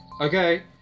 Okay